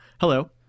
Hello